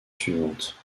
suivante